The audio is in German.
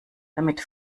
damit